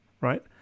right